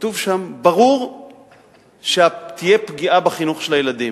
וכתוב שם: ברור שתהיה פגיעה בחינוך של הילדים,